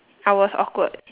I was awkward